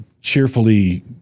cheerfully